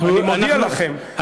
אני מודיע לכם,